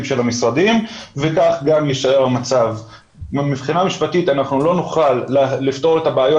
של המשרדים --- מבחינה משפטית אנחנו לא נוכל לפתור את הבעיות